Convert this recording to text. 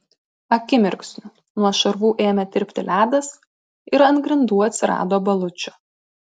akimirksniu nuo šarvų ėmė tirpti ledas ir ant grindų atsirado balučių